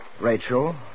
Rachel